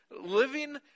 living